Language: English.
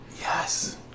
Yes